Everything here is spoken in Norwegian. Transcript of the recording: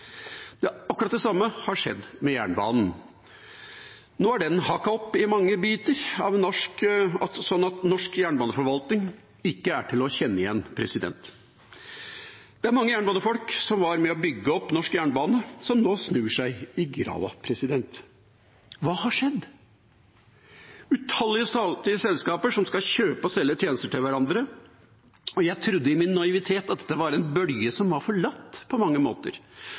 Akkurat det samme har skjedd med jernbanen. Nå er den hakket opp i mange biter, sånn at norsk jernbaneforvaltning ikke er til å kjenne igjen. Det er mange jernbanefolk som var med på å bygge opp norsk jernbane som nå snur seg i grava. Hva har skjedd? Det er utallige statlige selskaper som skal kjøpe og selge tjenester til hverandre. Jeg trodde i min naivitet at dette var en bølge som på mange møter var forlatt.